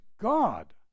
God